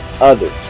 others